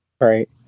Right